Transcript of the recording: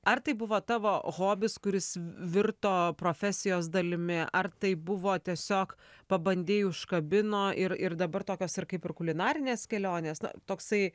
ar tai buvo tavo hobis kuris virto profesijos dalimi ar tai buvo tiesiog pabandei užkabino ir ir dabar tokios ir kaip ir kulinarinės kelionės toksai